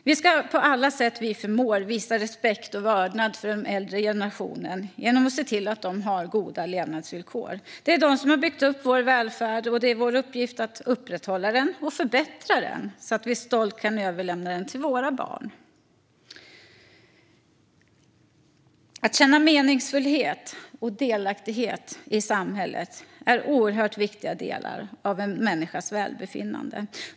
Vi ska på alla sätt vi förmår visa respekt och vördnad för de äldre generationerna genom att se till att de har goda levnadsvillkor. Det är de som har byggt upp vår välfärd, och det är vår uppgift att upprätthålla den och förbättra den så att vi stolt kan överlämna den till våra barn. Att känna meningsfullhet och delaktighet i samhället är oerhört viktiga delar av en människas välbefinnande.